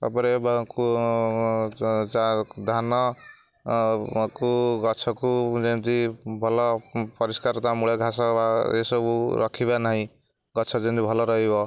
ତା'ପରେ ବା କୁ ଧାନକୁ ଗଛକୁ ଯେମିତି ଭଲ ପରିଷ୍କାର ତା ମୂଳ ଘାସ ବା ଏସବୁ ରଖିବା ନାହିଁ ଗଛ ଯେମିତି ଭଲ ରହିବ